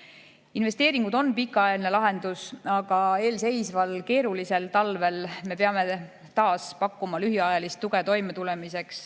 teha. Investeeringud on pikaajaline lahendus, aga eelseisval keerulisel talvel me peame taas pakkuma lühiajalist tuge toimetulemiseks